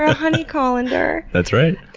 ah honey colander! that's right.